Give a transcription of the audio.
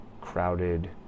crowded